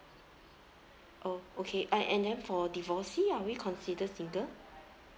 oh okay a~ and then for divorcee are we considered single